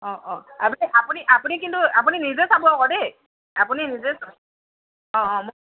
অঁ অঁ আপুনি আপুনি আপুনি কিন্তু আপুনি নিজে চাব আকৌ দেই আপুনি নিজে অঁ অঁ মোক